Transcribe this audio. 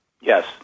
Yes